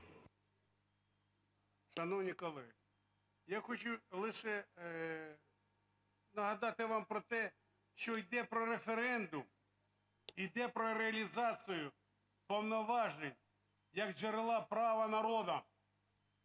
Шановні колеги, я хочу лише нагадати вам про те, що йде про референдум, іде про реалізацію повноважень як джерела народу.